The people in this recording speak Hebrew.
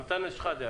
אנטאנס שחאדה.